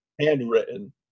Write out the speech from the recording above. handwritten